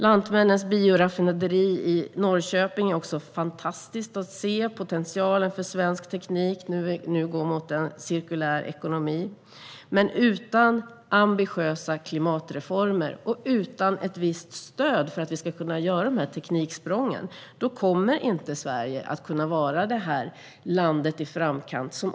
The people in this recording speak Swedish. Lantmännens bioraffinaderi i Norrköping är också fantastiskt att se. Potentialen för svensk teknik är att den går mot en cirkulär ekonomi. Men utan ambitiösa klimatreformer och utan ett visst stöd för att göra dessa tekniksprång kommer Sverige inte att vara ett land i framkant.